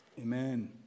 Amen